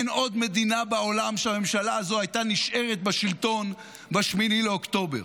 אין עוד מדינה בעולם שהממשלה הזו הייתה נשארת בה בשלטון ב-8 באוקטובר,